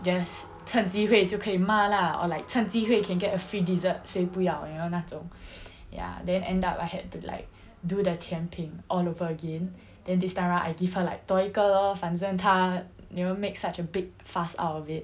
just 趁机会就可以骂 lah or like 趁机会 can get a free dessert 谁不要 you know 那种 ya then end up I had to like do the 甜品 all over again then this time round I give her like 多一个 lor 反正她 you know made such a big fuss out of it